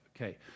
Okay